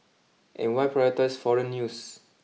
and why prioritise foreign news